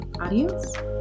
audience